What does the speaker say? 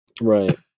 Right